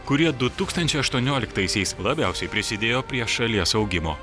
kurie du tūkstančiai aštuonioliktaisiais labiausiai prisidėjo prie šalies augimo